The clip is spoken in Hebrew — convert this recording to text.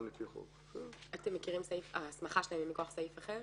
לפי חוק ." ההסמכה שלהם היא מכוח סעיף אחר.